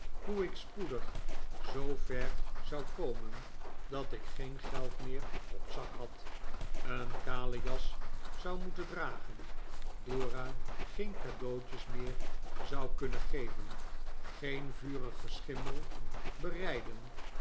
hoe ik spoedig zoo ver zou komen dat ik geen geld meer op zak had een kale jas zou moeten dragen dora geen cadeautjes meer zou kunnen geven geen vurigen schimmel berijden